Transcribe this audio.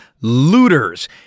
Looters